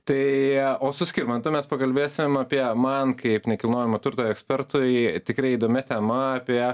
tai o su skirmantu mes pakalbėsim apie man kaip nekilnojamo turto ekspertui tikrai įdomia tema apie